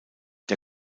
der